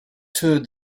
toured